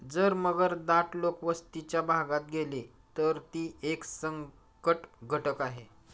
जर मगर दाट लोकवस्तीच्या भागात गेली, तर ती एक संकटघटक आहे